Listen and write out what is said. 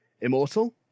immortal